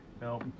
No